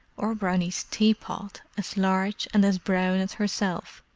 or brownie's tea-pot, as large and as brown as herself,